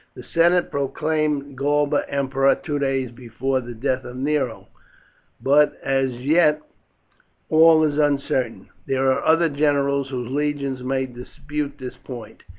the senate proclaimed galba emperor two days before the death nero but as yet all is uncertain. there are other generals whose legions may dispute this point.